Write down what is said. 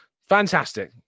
Fantastic